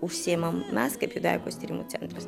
užsiimam mes kaip judaikos tyrimų centras